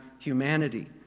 humanity